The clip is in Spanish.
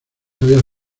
había